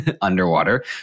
underwater